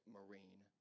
Marine